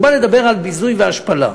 הוא בא לדבר על ביזוי והשפלה.